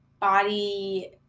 body